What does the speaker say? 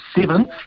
seventh